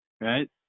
right